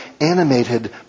animated